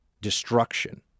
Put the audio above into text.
destruction